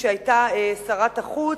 שהיתה שרת החוץ,